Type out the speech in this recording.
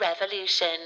Revolution